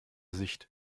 sicht